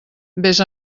vés